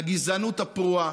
לגזענות הפרועה?